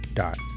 dot